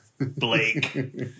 Blake